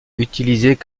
utilisées